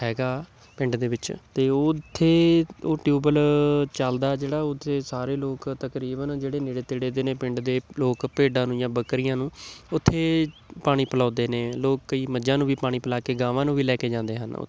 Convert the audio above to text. ਹੈਗਾ ਪਿੰਡ ਦੇ ਵਿੱਚ ਅਤੇ ਉਹ ਉੱਥੇ ਉਹ ਟਿਊਬਵੈੱਲ ਚੱਲਦਾ ਜਿਹੜਾ ਉੱਥੇ ਸਾਰੇ ਲੋਕ ਤਕਰੀਬਨ ਜਿਹੜੇ ਨੇੜੇ ਤੇੜੇ ਦੇ ਨੇ ਪਿੰਡ ਦੇ ਲੋਕ ਭੇਡਾਂ ਨੂੰ ਜਾਂ ਬੱਕਰੀਆਂ ਨੂੰ ਉੱਥੇ ਪਾਣੀ ਪਿਲਾਉਂਦੇ ਨੇ ਲੋਕ ਕਈ ਮੱਝਾਂ ਨੂੰ ਵੀ ਪਾਣੀ ਪਿਲਾ ਕੇ ਗਾਵਾਂ ਨੂੰ ਵੀ ਲੈ ਕੇ ਜਾਂਦੇ ਹਨ ਉੱਥੇ